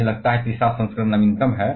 मुझे लगता है कि तीसरा संस्करण नवीनतम है